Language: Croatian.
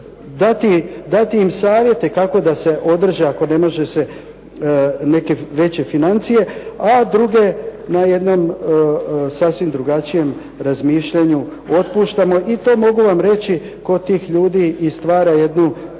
dati im savjete kako da se održe ako ne može se neke veće financije, a druge na jednom sasvim drugačijem razmišljanju otpuštamo. I to mogu vam reći, kod tih ljudi i stvara jednu drugačiju